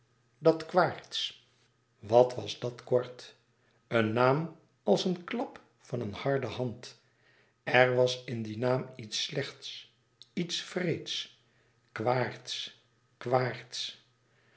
dat quaerts wat was dat kort een naam als een klap van een harde hand er was in dien naam iets slechts iets